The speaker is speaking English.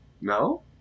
No